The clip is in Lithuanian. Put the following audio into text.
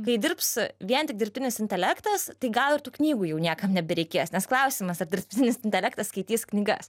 kai dirbs vien tik dirbtinis intelektas tai gal ir tų knygų jau niekam nebereikės nes klausimas ar dirbtinis intelektas skaitys knygas